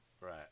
Right